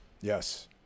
Yes